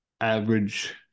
Average